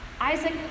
Isaac